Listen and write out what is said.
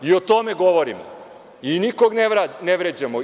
O tome govorimo i nikoga ne vređamo.